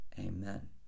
Amen